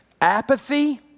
Apathy